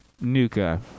Nuka